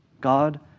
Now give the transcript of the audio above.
God